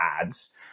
ads